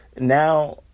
now